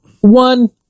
one